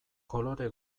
kolore